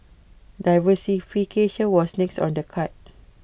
diversification was next on the card